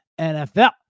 NFL